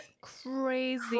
crazy